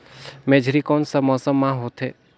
मेझरी कोन सा मौसम मां होथे?